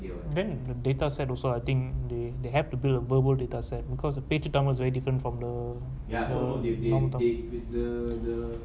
then the data set also I think they they have to build a verbal data set because பேச்சு Tamil tamizh tamil is very different from the the the normal tamil